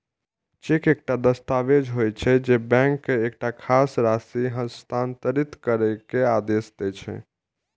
cheque एकटा दस्तावेज होइ छै, जे बैंक के एकटा खास राशि हस्तांतरित करै के आदेश दै छै